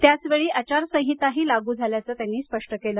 त्याचवेळी आचार संहिताही लागू झाल्याचं त्यांनी स्पष्ट केलं